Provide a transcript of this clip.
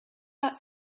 that